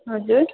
हजुर